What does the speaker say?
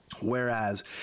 Whereas